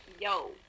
yo